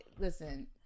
Listen